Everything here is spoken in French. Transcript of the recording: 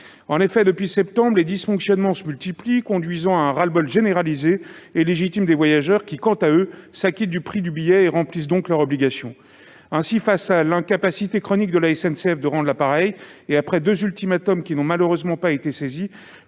En effet, depuis le mois de septembre dernier, les dysfonctionnements se multiplient, conduisant à un ras-le-bol généralisé et légitime des voyageurs, qui, en ce qui les concerne, s'acquittent du prix du billet et remplissent donc leurs obligations. Face à l'incapacité chronique de la SNCF de rendre la pareille, et après deux ultimatums qui n'ont malheureusement pas fait